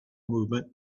movement